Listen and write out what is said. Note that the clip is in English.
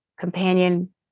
Companion